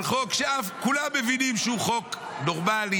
על חוק שכולם מבינים שהוא חוק נורמלי,